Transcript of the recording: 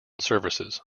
services